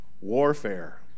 warfare